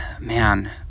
man